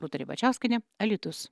rūta ribačiauskienė alytus